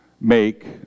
make